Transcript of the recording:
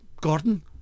Gordon